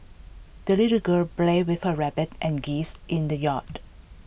the little girl played with her rabbit and geese in the yard